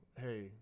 hey